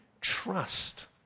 trust